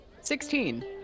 Sixteen